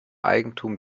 eigentum